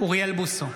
אוריאל בוסו,